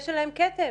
יש עליהם כתם.